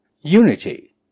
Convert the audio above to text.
Unity